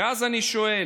ואז אני שואל,